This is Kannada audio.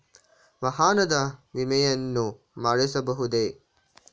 ವಾಹನದ ವಿಮೆಯನ್ನು ಮಾಡಿಸಬಹುದೇ?